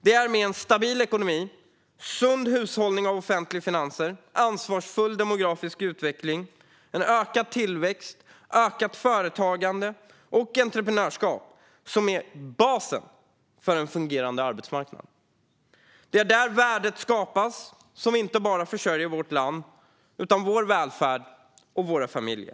Det är en stabil ekonomi, sund hushållning med offentliga finanser, ansvarsfull demografisk utveckling, ökad tillväxt, ökat företagande och entreprenörskap som är basen för en fungerande arbetsmarknad. Det är där värdet skapas, som inte bara försörjer vårt land utan också vår välfärd och våra familjer.